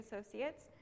Associates